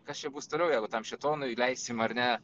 kas čia bus toliau jeigu tam šėtonui leisim ar ne